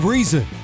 Reason